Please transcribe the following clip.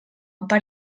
per